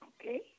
Okay